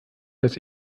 das